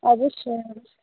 অবশ্যই অবশ্যই